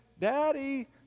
daddy